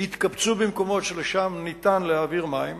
יתקבצו במקומות שלשם ניתן להעביר מים